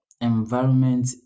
environment